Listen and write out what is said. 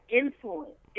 influence